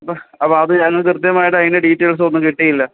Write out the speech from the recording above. അപ്പം അത് അതിന് കൃത്യമായിട്ട് അതിന്റെ ഡീറ്റെയിൽസ് ഒന്നും കിട്ടിയില്ല